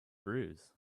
bruise